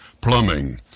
plumbing